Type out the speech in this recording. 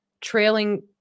trailing